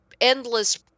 endless